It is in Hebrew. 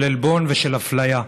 של עלבון ושל אפליה.